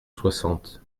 soixante